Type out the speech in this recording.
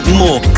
more